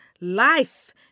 Life